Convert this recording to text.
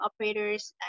operators